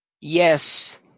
yes